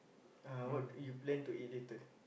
uh what you plan to eat later